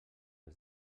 els